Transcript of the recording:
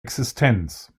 existenz